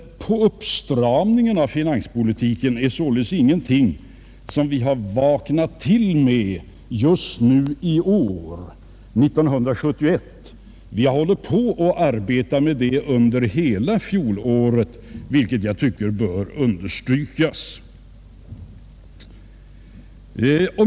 Denna åtstramning av finanspolitiken är alltså ingenting som vi har vaknat upp och gjort just 1971. Vi har arbetat med den under hela fjolåret, det tycker jag bör understrykas.